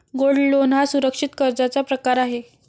gold loan हा सुरक्षित कर्जाचा प्रकार आहे